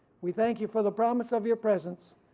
we thank you for the promise of your presence,